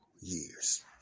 years